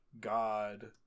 god